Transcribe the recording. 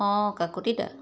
অঁ কাকতি দা